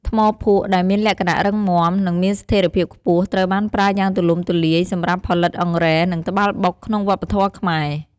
ថ្មភក់ដែលមានលក្ខណៈរឹងមាំ និងមានស្ថេរភាពខ្ពស់ ត្រូវបានប្រើយ៉ាងទូលំទូលាយសម្រាប់ផលិតអង្រែ និងត្បាល់បុកក្នុងវប្បធម៌ខ្មែរ។